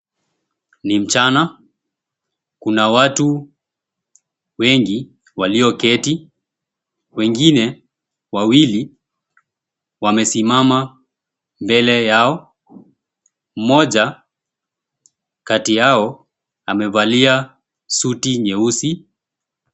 Ni mchana, kuna watu wengi walioketi wengine wawili wamesimama mbele yao. Mmoja kati yao amevalia suti nyeusi.